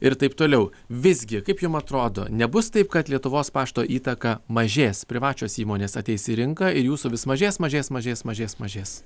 ir taip toliau visgi kaip jum atrodo nebus taip kad lietuvos pašto įtaka mažės privačios įmonės ateis į rinką ir jūsų vis mažės mažės mažės mažės mažės